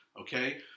okay